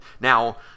Now